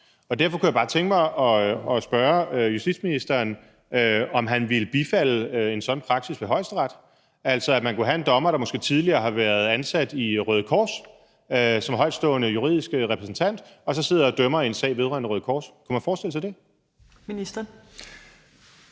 Derfor kunne jeg bare godt tænke mig at spørge justitsministeren, om han ville bifalde en sådan praksis ved Højesteret, altså at man kunne have en dommer, der måske tidligere havde været ansat i Røde Kors som højtstående juridisk repræsentant, som så sad og dømte i en sag vedrørende Røde Kors. Kunne man forestille sig det? Kl.